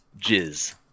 jizz